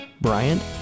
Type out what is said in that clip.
Bryant